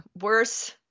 worse